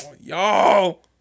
y'all